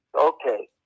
Okay